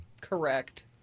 Correct